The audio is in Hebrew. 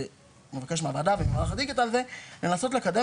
שאני מבקש מהוועדה וממערך הדיגיטל זה לנסות לקדם